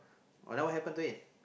uh oh then what happen to it